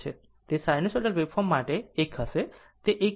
તે sinusoidal waveform માટે 1 હશે તે 1